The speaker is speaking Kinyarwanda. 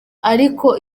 ariko